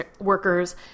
workers